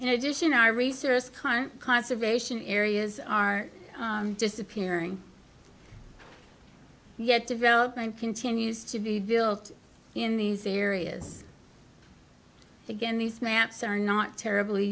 in addition i researched current conservation areas are disappearing yet development continues to be built in these areas again these maps are not terribly